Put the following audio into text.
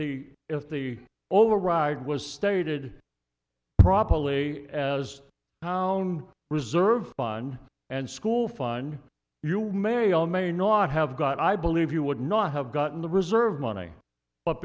the if the override was stated properly as town reserve fund and school fund you may or may not have got i believe you would not have gotten the reserve money but